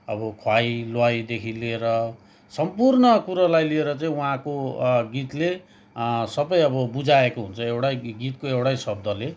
अब खुवाई लुवाईदेखि लिएर सम्पूर्ण कुरोलाई लिएर चाहिँ उहाँको गीतले सबै अब बुझाएको हुन्छ एउटै गीतको एउटै शब्दले